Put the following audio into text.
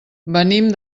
venim